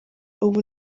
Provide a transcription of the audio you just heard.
ubu